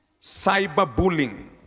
cyberbullying